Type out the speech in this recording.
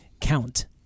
count